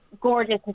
gorgeous